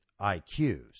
IQs